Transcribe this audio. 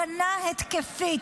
הגנה התקפית.